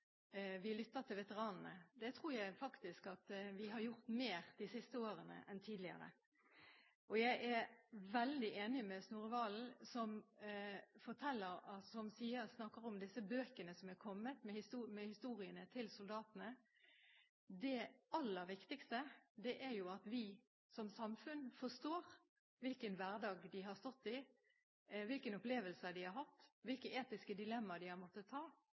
vi lytter til veteranene. Det tror jeg faktisk at vi har gjort mer av de siste årene enn tidligere. Jeg er veldig enig med Snorre Serigstad Valen, som snakker om disse bøkene som er kommet, med historiene til soldatene. Det aller viktigste er at vi som samfunn forstår hvilken hverdag de har stått i, hvilke opplevelser de har hatt, hvilke etiske dilemmaer de har måttet